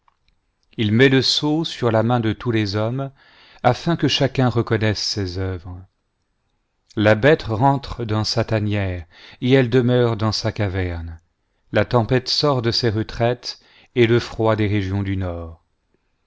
il met le sceau sur la main de tous les hommes afin que chacun reconnaisse ses œuvres la bête rentre dans sa tanière et elle demeure dans sa caverne la tempête sort de ses retraites et le froid des régions du nord